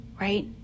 Right